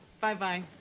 Bye-bye